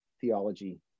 theology